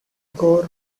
gore